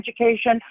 education